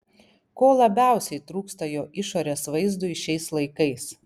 ko labiausiai trūksta jo išorės vaizdui šiais laikais